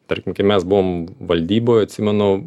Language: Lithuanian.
tarkim kai mes buvom valdyboj atsimenu